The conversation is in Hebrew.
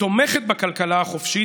תומכת בכלכלה החופשית,